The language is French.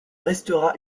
restera